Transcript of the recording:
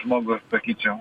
žmogus sakyčiau